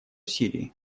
сирии